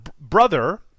brother